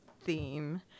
theme